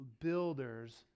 builders